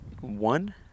one